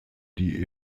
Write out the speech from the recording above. die